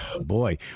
boy